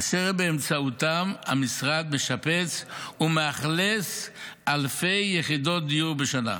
אשר באמצעותם המשרד משפץ ומאכלס אלפי יחידות דיור בשנה,